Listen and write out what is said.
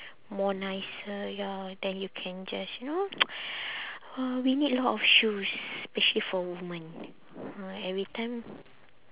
more nicer ya then you can just you know uh we need a lot of shoes especially for woman uh every time